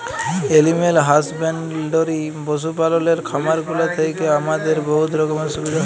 animal husbandry পশু পাললের খামারগুলা থ্যাইকে আমাদের বহুত রকমের সুবিধা হ্যয়